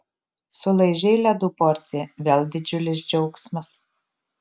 sulaižei ledų porciją vėl didžiulis džiaugsmas